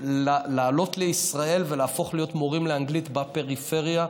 לעלות לישראל ולהפוך להיות מורים לאנגלית בפריפריה,